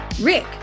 Rick